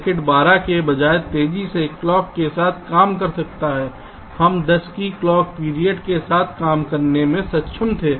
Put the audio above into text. circuit 12 की बजाय तेजी से क्लॉक के साथ काम कर सकता है हम 10 की क्लॉक पीरियड के साथ काम करने में सक्षम थे